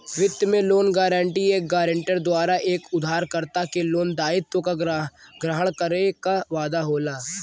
वित्त में loan guarantee एक गारंटर द्वारा एक उधारकर्ता के लोन दायित्व क ग्रहण करे क वादा होला